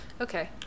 Okay